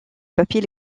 papier